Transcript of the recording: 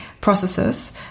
processes